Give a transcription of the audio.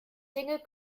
dinge